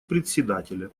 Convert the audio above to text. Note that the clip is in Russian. председателя